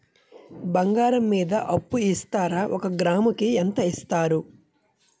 బంగారం మీద అప్పు ఇస్తారా? ఒక గ్రాము కి ఎంత ఇస్తారు?